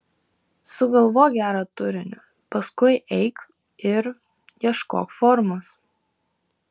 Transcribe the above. sugalvok gerą turinį paskui eik ir ieškok formos